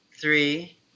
three